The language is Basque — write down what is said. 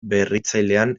berritzailean